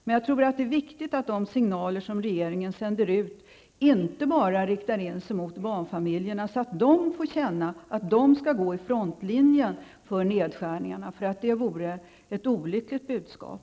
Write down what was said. Men jag tror att det är viktigt att de signaler regeringen sänder ut inte bara riktar in sig mot barnfamiljerna, så att de får känna att de skall gå i frontlinjen för nedskärningarna. Det vore nämligen ett olyckligt budskap.